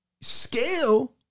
scale